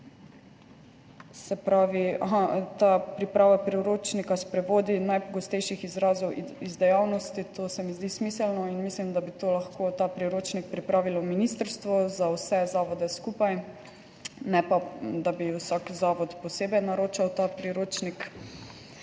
podvajanje. Priprava priročnika s prevodi najpogostejših izrazov iz dejavnosti – to se mi zdi smiselno in mislim, da bi ta priročnik lahko pripravilo ministrstvo za vse zavode skupaj, ne pa da bi vsak zavod posebej naročal ta priročnik.